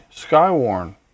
Skywarn